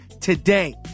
today